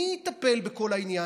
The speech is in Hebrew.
מי יטפל בכל העניין?